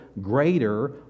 greater